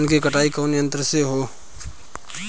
धान क कटाई कउना यंत्र से हो?